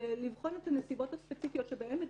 ולבחון את הנסיבות הספציפיות שבהן מדובר,